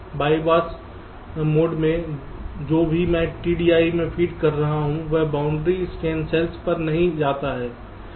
BYPASS mode में जो भी मैं TDI में फीड कर रहा हूं वह बाउंड्री स्कैन सेल्स पर नहीं जाता है